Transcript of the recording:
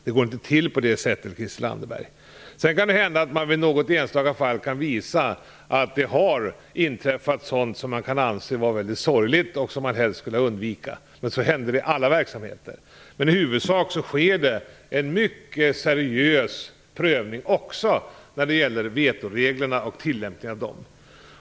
Det går inte till på det sättet, Det kan hända att man vid något enstaka tillfälle kan visa att det har inträffat sådant som kan anses vara väldigt sorgligt och som helst skulle ha undvikits, men det händer i alla verksamheter. I huvudsak sker det en mycket seriös prövning också när det gäller vetoreglerna och tillämpningen av dem.